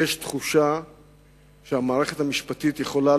לי יש תחושה שהמערכת המשפטית יכולה